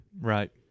Right